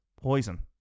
Poison